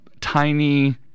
Tiny